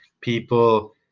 people